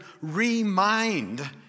remind